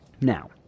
Now